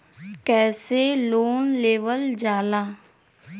कैसे लोन लेवल जाला?